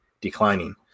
declining